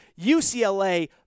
UCLA